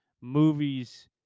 movies